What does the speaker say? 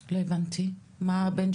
לא הבנתי,